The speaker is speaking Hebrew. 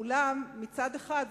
מצד אחד.